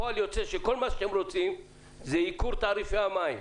הפועל היוצא של כל רצונות אלו הוא התייקרות של תעריפי המים.